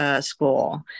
school